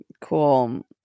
cool